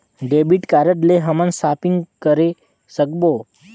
Debit card ले हमन shopping करे सकबो?